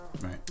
Right